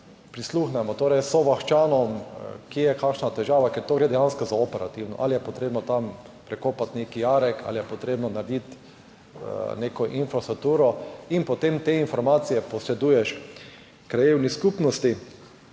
Prisluhnemo sovaščanom, kje je kakšna težava, ker gre dejansko za operativno, ali je potrebno tam prekopati neki jarek ali je potrebno narediti neko infrastrukturo, in potem te informacije posreduješ krajevni skupnosti,